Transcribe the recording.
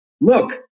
Look